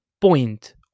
point